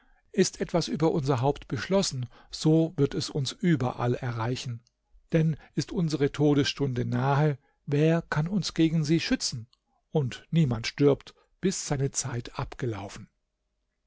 ist etwas über unser haupt beschlossen so wird es uns überall erreichen denn ist unsere todesstunde nahe wer kann uns gegen sie schützen und niemand stirbt bis seine zeit abgelaufenen